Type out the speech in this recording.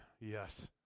yes